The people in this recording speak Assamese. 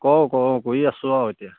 কওঁ কওঁ কৰি আছোঁ আৰু এতিয়া